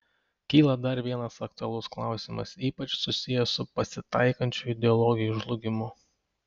kyla dar vienas aktualus klausimas ypač susijęs su pasitaikančiu ideologijų žlugimu